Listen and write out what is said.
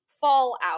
fallout